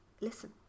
listen